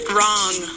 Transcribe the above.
Wrong